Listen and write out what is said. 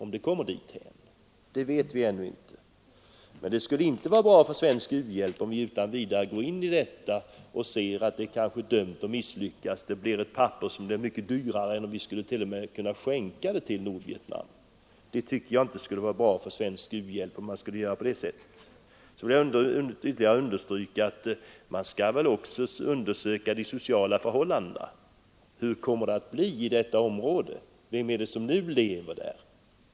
Men det skulle inte vara bra för svensk u-hjälp om vi utan vidare går in i detta projekt trots att vi ser att det kanske är dömt att misslyckas och att resultatet blir ett papper som blir mycket dyrare än om vi t.o.m. skulle skänka papper till Nordvietnam. Det tycker jag inte skulle vara bra för svensk u-hjälp. Man skall väl också undersöka hur de sociala förhållandena kommer att bli i detta område. Vilka är det som nu lever där?